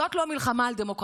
זאת לא מלחמה על דמוקרטיה,